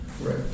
right